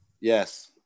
Yes